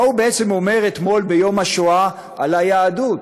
מה הוא בעצם אומר אתמול ביום השואה על היהדות,